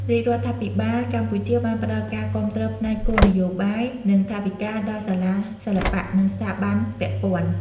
រាជរដ្ឋាភិបាលកម្ពុជាបានផ្តល់ការគាំទ្រផ្នែកគោលនយោបាយ និងថវិកាដល់សាលាសិល្បៈ និងស្ថាប័នពាក់ព័ន្ធ។